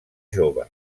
jove